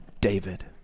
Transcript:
David